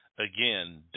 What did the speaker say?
Again